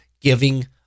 giving